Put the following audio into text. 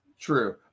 True